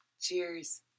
Cheers